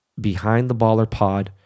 behindtheballerpod